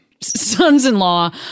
sons-in-law